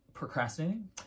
procrastinating